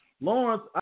Lawrence